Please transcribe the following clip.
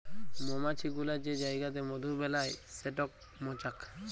মমাছি গুলা যে জাইগাতে মধু বেলায় সেট মচাক